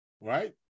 right